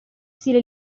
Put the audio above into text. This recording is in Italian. stile